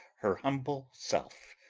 her humble self,